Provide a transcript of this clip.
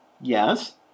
yes